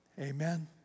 Amen